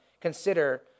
consider